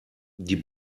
die